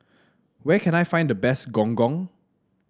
where can I find the best Gong Gong